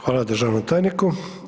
Hvala državnom tajniku.